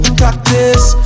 practice